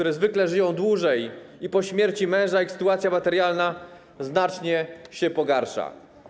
One zwykle żyją dłużej, a po śmierci męża ich sytuacja materialna znacznie się pogarsza.